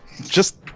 Just-